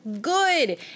good